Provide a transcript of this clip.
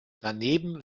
daneben